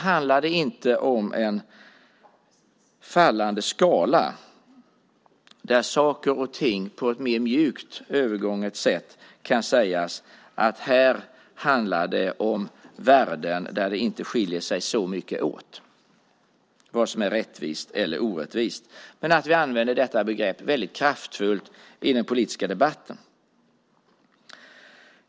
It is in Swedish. Handlar det inte om en fallande skala, på ett mer mjukt övergående sätt, där man kan säga att det är värden där det inte skiljer sig så mycket åt vad gäller vad som är rättvist eller orättvist men att vi använder detta begrepp väldigt kraftfullt i den politiska debatten?